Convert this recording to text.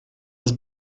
das